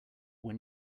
when